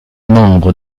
membres